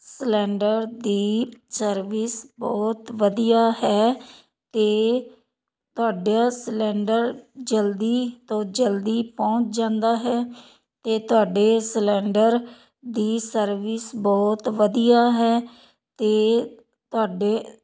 cylinder ਦੀ service ਬਹੁਤ ਵਧੀਆ ਹੈ ਕਿ ਤੁਹਾਡੇ ਸਿਲਿੰਡਰ ਜਲਦੀ ਤੋਂ ਜਲਦੀ ਪਹੁੰਚ ਜਾਂਦਾ ਹੈ ਜੇ ਤੁਹਾਡੇ ਸਿਲੰਡਰ ਕੀ ਸਰਵਿਸ ਬਹੁਤ ਵਧੀਆ ਹੈ ਤੇ ਤੁਹਾਡੇ